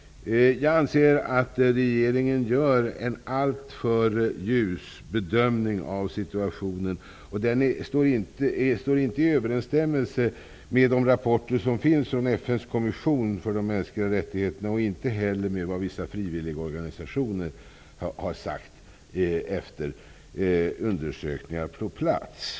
Jag anser att regeringen gör en alltför ljus bedömning av situationen. Den står inte i överensstämmelse med rapporterna från FN:s kommission för de mänskliga rättigheterna och inte heller med vad vissa frivilligorganisationer har sagt efter undersökningar på plats.